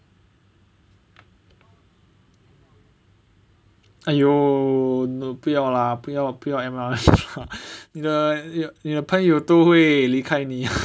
!aiyo! no 不要 lah 不要不要 M_L_M 你的你的朋友都会离开你